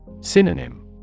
Synonym